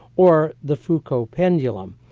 or the foucault pendulum,